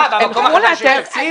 אה, במקום החדש יש תקציב?